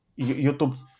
YouTube